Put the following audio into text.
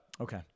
Okay